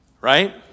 Right